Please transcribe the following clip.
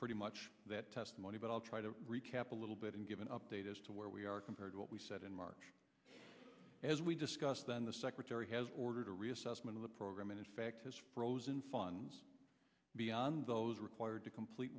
pretty much that testimony but i'll try to recap a little bit and give an update as to where we are compared to what we said in march as we discussed then the secretary has ordered a reassessment of the program and in fact has frozen funds beyond those required to complete